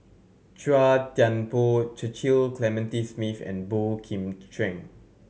Chua Thian Poh Cecil Clementi Smith and Boey Kim Cheng